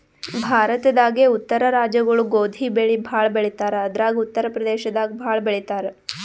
ಭಾರತದಾಗೇ ಉತ್ತರ ರಾಜ್ಯಗೊಳು ಗೋಧಿ ಬೆಳಿ ಭಾಳ್ ಬೆಳಿತಾರ್ ಅದ್ರಾಗ ಉತ್ತರ್ ಪ್ರದೇಶದಾಗ್ ಭಾಳ್ ಬೆಳಿತಾರ್